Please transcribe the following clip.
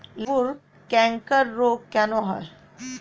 লেবুর ক্যাংকার রোগ কেন হয়?